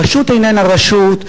הרשות איננה רשות,